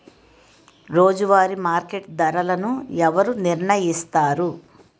రోజువారి మార్కెట్ ధరలను ఎవరు నిర్ణయిస్తారు?